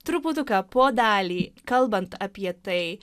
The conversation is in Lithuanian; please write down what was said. truputuką po dalį kalbant apie tai